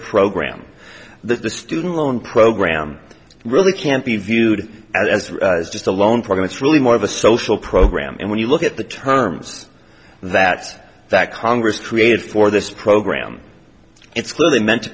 program that the student loan program really can't be viewed as just a loan problem it's really more of a social program and when you look at the terms that that congress created for this program it's clearly meant to